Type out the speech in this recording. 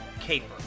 caper